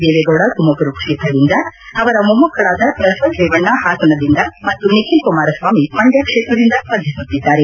ದೇವೇಗೌಡ ತುಮಕೂರು ಕ್ಷೇತ್ರದಿಂದ ಅವರ ಮೊಮಕ್ಷಳಾದ ಪ್ರಜ್ವಲ್ ರೇವಣ್ಣ ಹಾಸನದಿಂದ ಮತ್ತು ನಿಖಿಲ್ ಕುಮಾರಸ್ವಾಮಿ ಮಂಡ್ಕ ಕ್ಷೇತ್ರದಿಂದ ಸ್ಪರ್ಧಿಸುತ್ತಿದ್ದಾರೆ